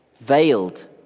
veiled